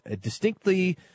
distinctly